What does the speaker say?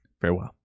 Farewell